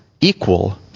equal